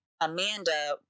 Amanda